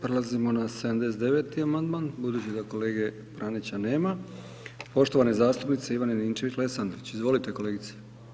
Prelazimo na 79. amandman, budući da kolege Pranića nema, poštovane zastupnice Ivane Ninčević Lesandrić, izvolite kolegice.